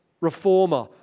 reformer